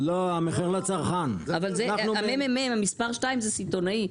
מספר 2 זה סיטונאי.